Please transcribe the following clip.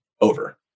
over